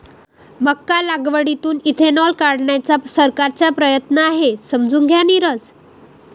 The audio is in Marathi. मका लागवडीतून इथेनॉल काढण्याचा सरकारचा प्रयत्न आहे, समजून घ्या नीरज